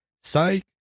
Psych